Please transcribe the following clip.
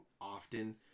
often